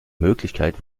möglichkeit